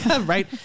right